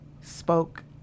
spoke